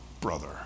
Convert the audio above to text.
brother